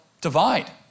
divide